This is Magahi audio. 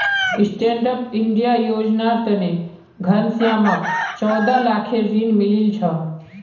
स्टैंडअप इंडिया योजनार तने घनश्यामक चौदह लाखेर ऋण मिलील छ